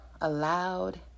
allowed